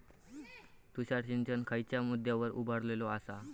तुषार सिंचन खयच्या मुद्द्यांवर उभारलेलो आसा?